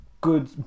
good